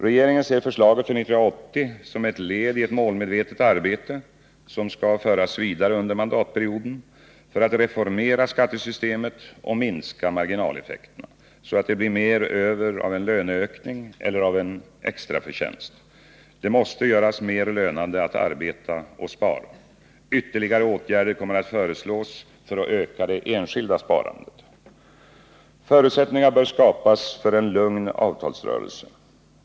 Regeringen ser förslaget för 1980 som ett led i ett målmedvetet arbete — som skall föras vidare under mandatperioden — för att reformera skattesystemet och minska marginaleffekterna, så att det blir mer över av en löneökning eller av en extraförtjänst. Det måste göras mer lönande att arbeta och att spara. Ytterligare åtgärder kommer att föreslås för att öka det enskilda sparandet. Förutsättningar bör skapas för en lugn avtalsrörelse.